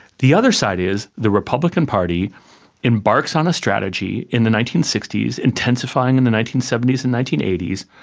the other side is the republican party embarks on a strategy in the nineteen sixty s, intensifying in the nineteen seventy s and nineteen eighty s,